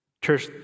church